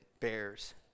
bears